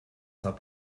habt